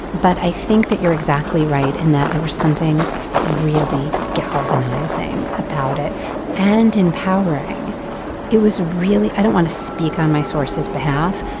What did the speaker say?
but i think that you're exactly right in that there was something really galvanizing about it and empowering it was really i don't want to speak on my sources behalf.